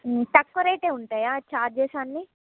తక్కువ రేటే ఉంటాయా చార్జెస్ అన్ని